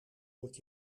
moet